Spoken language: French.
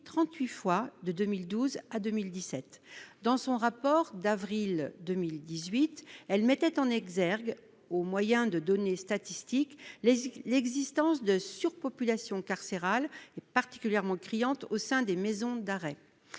fois entre 2012 et 2017. Dans son rapport d'avril 2018, elle a mis en lumière, au moyen de données statistiques, une surpopulation carcérale, particulièrement criante au sein des maisons d'arrêt.